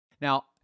Now